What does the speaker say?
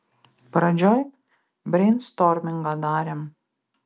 pradžioj breinstormingą darėm